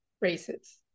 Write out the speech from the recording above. races